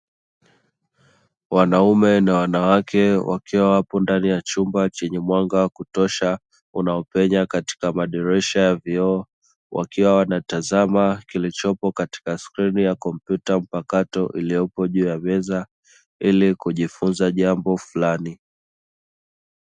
Wanaume na wanawake wakiwa wapo ndani ya chumba chenye mwanga wakutosha, unaopenya katika madirisha ya vioo wakiwa wanatazama kilichopo katika skrini ya komputa mpakato iliyopo juu ya meza, ili kujifunza jambo fulani.